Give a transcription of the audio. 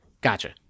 Gotcha